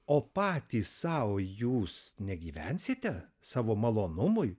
o patys sau jūs negyvensite savo malonumui